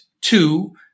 two